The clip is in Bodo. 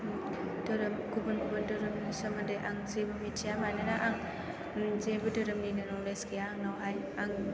धोरोम गुबुन गुबुन धोरोमनि सोमोन्दै आं जेबो मिथिया मानोना आं जेबो धोरोमनिनो न'लेज गैया आंनावहाय आं